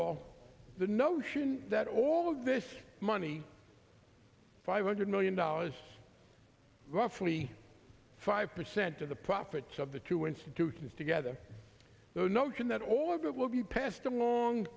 all the notion that all of this money five hundred million dollars roughly five percent of the profits of the two institute is together the notion that all of it will be passed along